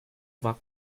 war